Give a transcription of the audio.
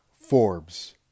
Forbes